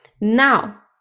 now